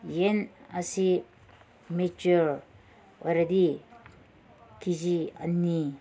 ꯌꯦꯟ ꯑꯁꯤ ꯃꯤꯛꯆꯔ ꯑꯣꯏꯔꯗꯤ ꯀꯦ ꯖꯤ ꯑꯅꯤ